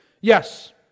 yes